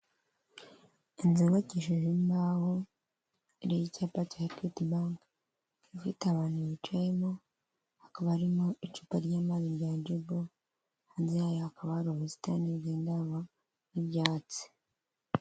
Inzu yubakishije imbaho iriho icyapa cya Ekwiti banki. Ifite abantu bicayemo, hakaba harimo icupa ry'amazi rya Jibu, hanze yayo hakaba hari ubusitani bw'indabo n'ibyatsi.